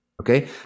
okay